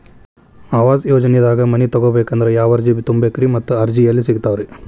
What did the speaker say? ಆವಾಸ ಯೋಜನೆದಾಗ ಮನಿ ತೊಗೋಬೇಕಂದ್ರ ಯಾವ ಅರ್ಜಿ ತುಂಬೇಕ್ರಿ ಮತ್ತ ಅರ್ಜಿ ಎಲ್ಲಿ ಸಿಗತಾವ್ರಿ?